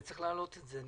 וצריך להעלות את זה.